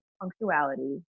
punctuality